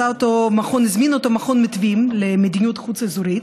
שהזמין אותו מכון מיתווים למדיניות חוץ אזורית,